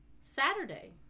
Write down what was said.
Saturday